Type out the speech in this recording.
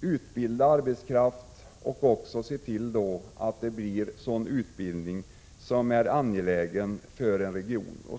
utbilda arbetskraft och se till att utbildningen blir sådan att den är angelägen för regionen.